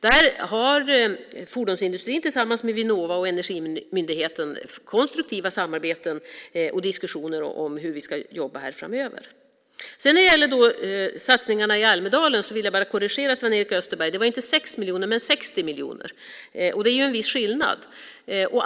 Här har vi tillsammans med fordonsindustrin, Vinnova och Energimyndigheten konstruktiva samarbeten och diskussioner om hur vi ska jobba framöver. När det sedan gäller satsningarna som presenterades i Almedalen vill jag bara korrigera Sven-Erik Österberg. Det var inte 6 miljoner men 60 miljoner. Det är ju en viss skillnad.